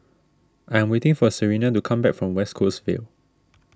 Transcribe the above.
I am waiting for Serina to come back from West Coast Vale